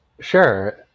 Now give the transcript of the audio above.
Sure